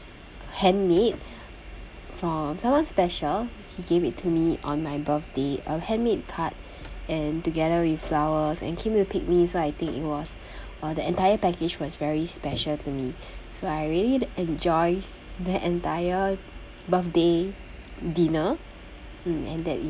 handmade from someone special he gave it to me on my birthday a handmade card and together with flowers and came to pick me so I think it was uh the entire package was very special to me so I really enjoy the entire birthday dinner mm and that